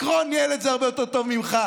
מקרון ניהל את זה הרבה יותר טוב ממך.